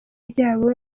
byabo